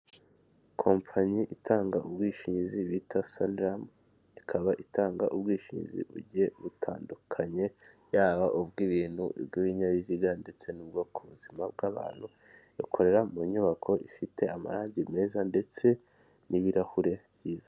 Kompanyi itanga ubwishingizi bita saniramu, ikaba itanga ubwishingizi bugiye butandukanye, yaba ubw'ibintu, ubw'ibinyabiziga ndetse n'ubwo ku buzima bw'abantu, ikorera mu nyubako ifite amarange meza ndetse n'ibirahure byiza.